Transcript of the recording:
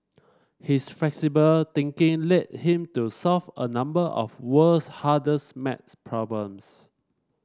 his flexible thinking led him to solve a number of world's hardest maths problems